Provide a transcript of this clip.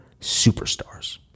superstars